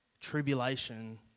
tribulation